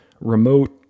remote